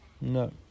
no